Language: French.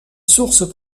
source